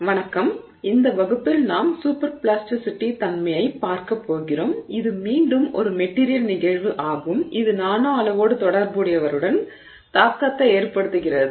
வணக்கம் இந்த வகுப்பில் நாம் சூப்பர்பிளாஸ்டிஸிட்டி தன்மையைப் பார்க்கப் போகிறோம் இது மீண்டும் ஒரு மெட்டீரியல் நிகழ்வு ஆகும் இது நானோ அளவோடு தொடர்புடையவருடன் தாக்கத்தை ஏற்படுத்துகிறது